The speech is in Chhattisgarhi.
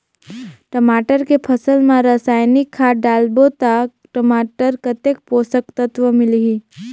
टमाटर के फसल मा रसायनिक खाद डालबो ता टमाटर कतेक पोषक तत्व मिलही?